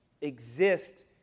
exist